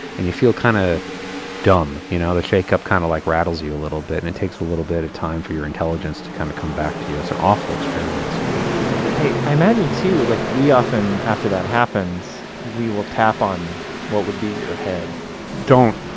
and you feel kind of dumb. you know the shakeup kind of like rattles you a little bit and it takes a little bit of time for your intelligence to kind of come back to you. it's an awful experience hey, i imagine too, like we often, after that happens, we will tap on what would be your head don't.